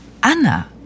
Anna